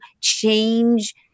change